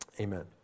Amen